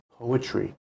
poetry